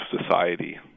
society